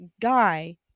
guy